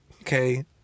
Okay